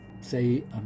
say